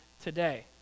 today